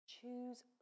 choose